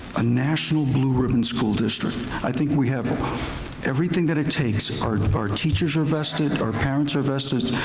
a national blue ribbon school district. i think we have everything that it takes. our our teachers are vested, our parents are vested,